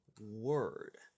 word